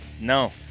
No